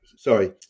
Sorry